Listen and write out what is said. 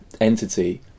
entity